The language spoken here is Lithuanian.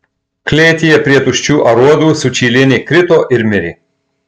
klėtyje prie tuščių aruodų sučylienė krito ir mirė